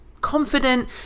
confident